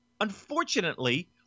unfortunately